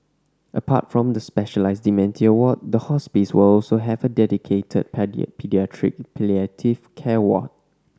apart from the specialised dementia ward the hospice will also have a dedicated paediatric palliative care ward